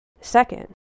Second